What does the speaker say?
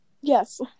Yes